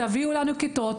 תביאו לנו כיתות,